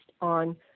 on